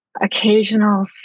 occasional